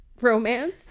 romance